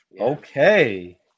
okay